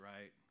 right